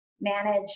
manage